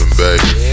baby